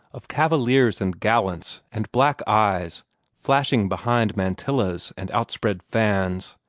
of cavaliers and gallants and black eyes flashing behind mantillas and outspread fans,